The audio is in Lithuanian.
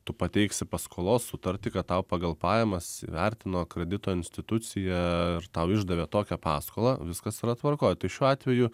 tu pateiksi paskolos sutartį kad tau pagal pajamas įvertino kredito institucija ar tau išdavė tokią paskolą viskas yra tvarkoj tai šiuo atveju